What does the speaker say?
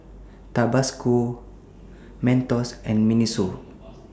Tabasco Mentos and Miniso